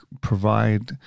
provide